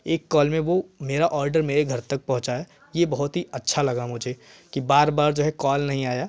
एक कॉल में वो मेरा ऑर्डर मेरे घर तक पहुँचाया ये बहुत ही अच्छा लगा मुझे कि बार बार जो है कॉल नहीं आया